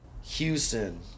Houston